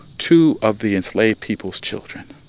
two of the enslaved people's children